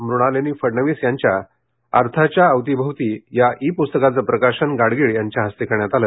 मृणालिनी फडणवीस यांच्या अर्थाच्या अवती भवती या ईपुस्तकाचे प्रकाशन माधव गाडगीळ यांच्या हस्ते करण्यात आले